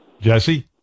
Jesse